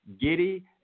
giddy